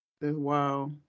Wow